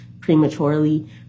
prematurely